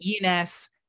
ens